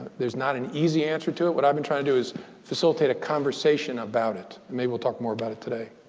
there's not an easy answer to it. what i've been trying to do is facilitate a conversation about it. maybe we'll talk more about it today.